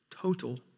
Total